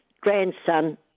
grandson